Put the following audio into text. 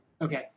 Okay